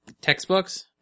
textbooks